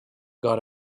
got